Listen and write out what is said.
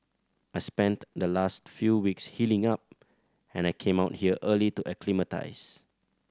I spent the last few weeks healing up and I came out here early to acclimatise